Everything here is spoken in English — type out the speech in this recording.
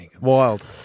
Wild